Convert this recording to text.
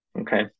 okay